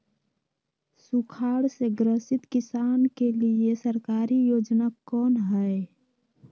सुखाड़ से ग्रसित किसान के लिए सरकारी योजना कौन हय?